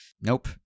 Nope